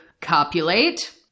copulate